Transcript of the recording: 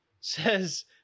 says